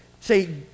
say